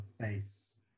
face